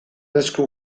esku